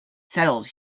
settled